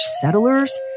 settlers